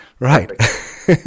right